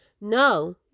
no